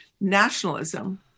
Nationalism